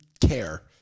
care